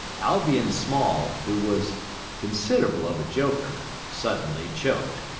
albion small, who was consid'able of a joker, suddenly choked.